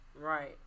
Right